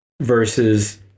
versus